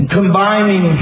combining